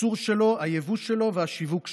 הייצור שלו, הייבוא שלו והשיווק שלו,